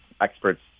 experts